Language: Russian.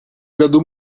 году